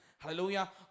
Hallelujah